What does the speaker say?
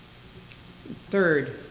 Third